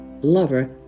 lover